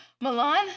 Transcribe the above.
Milan